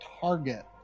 target